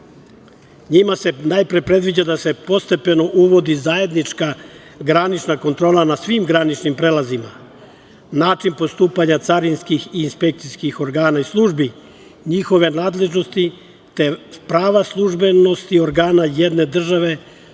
Njima se najpre predviđa da se postepeno uvodi zajednička granična kontrola na svim graničnim prelazima, način postupanja carinskih i inspekcijskih organa i službi, njihove nadležnosti, te prava službenosti organa jedne države